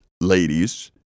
ladies